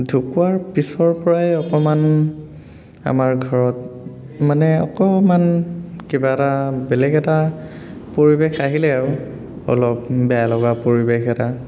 ঢুকুৱাৰ পিছৰ পৰাই অকণমান আমাৰ ঘৰত মানে অকণমান কিবা এটা বেলেগ এটা পৰিৱেশ আহিলে আৰু অলপ বেয়া লগা পৰিৱেশ এটা